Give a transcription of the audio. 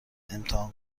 امتحان